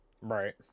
right